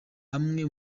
amwe